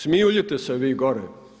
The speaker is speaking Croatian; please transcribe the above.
Smijuljite se vi gore.